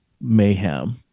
mayhem